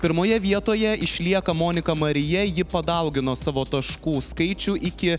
pirmoje vietoje išlieka monika marija ji padaugino savo taškų skaičių iki